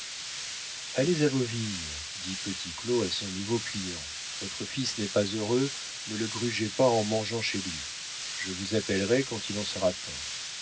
allez à vos vignes dit petit claud à son nouveau client votre fils n'est pas heureux ne le grugez pas en mangeant chez lui je vous appellerai quand il en sera temps